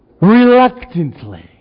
reluctantly